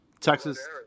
Texas